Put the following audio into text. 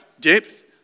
depth